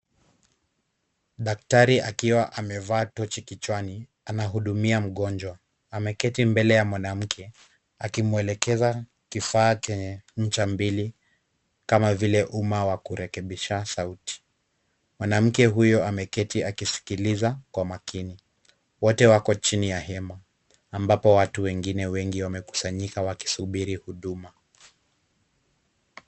Daktari akiwa amevaa tochi kichwani, anahudumia mgonjwa. Ameketi mbele ya mwanamke akimuelekeza kifaa chenye ncha mbili kama vile umma wa kurekebisha sauti. Mwanamke huyo ameketi akisikiliza kwa makini. Wote wako chini ya hema, ambapo watu wengine wengi wamekusanyika wakisubiri huduma.